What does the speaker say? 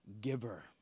giver